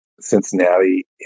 Cincinnati